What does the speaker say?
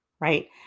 right